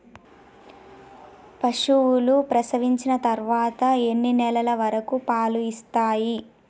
పశువులు ప్రసవించిన తర్వాత ఎన్ని నెలల వరకు పాలు ఇస్తాయి?